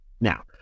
Now